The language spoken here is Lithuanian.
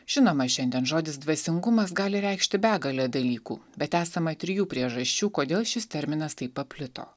žinoma šiandien žodis dvasingumas gali reikšti begalę dalykų bet esama trijų priežasčių kodėl šis terminas taip paplito